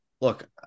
Look